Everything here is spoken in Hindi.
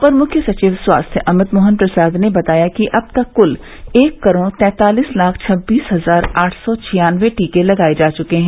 अपर मुख्य सचिव स्वास्थ्य अमित मोहन प्रसाद ने बताया कि अब तक क्ल एक करोड़ तैंतालीस लाख छबीस हजार आठ सौ छियानबे टीके लगाये जा चुके हैं